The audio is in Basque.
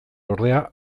ordea